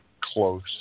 close